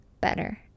better